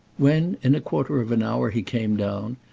when in a quarter of an hour he came down,